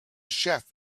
chef